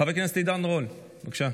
חבר הכנסת עידן רול, בבקשה.